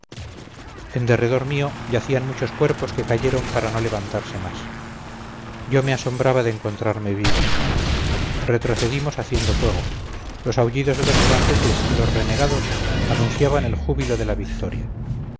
él en derredor mío yacían muchos cuerpos que cayeron para no levantarse más yo me asombraba de encontrarme vivo retrocedimos haciendo fuego los aullidos de los franceses y los renegados anunciaban el júbilo de la victoria